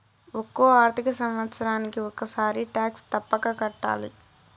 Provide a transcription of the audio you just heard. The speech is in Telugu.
ఒక్కో ఆర్థిక సంవత్సరానికి ఒక్కసారి టాక్స్ తప్పక కట్టాలి